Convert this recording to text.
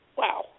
wow